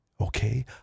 Okay